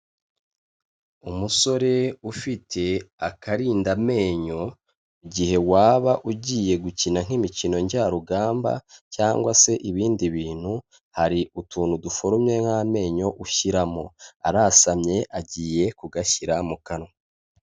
Umusore ufite akarindamenyo, igihe waba ugiye gukina nk'imikino njyarugamba cyangwa se ibindi bintu, hari utuntu duforomye nk'amenyo ushyiramo, arasamye agiye kugashyira mu kanwa.